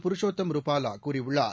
புருஷோத்தம் ருபாலா கூறியுள்ளார்